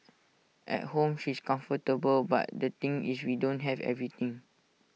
at home she's comfortable but the thing is we don't have everything